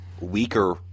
weaker